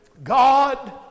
God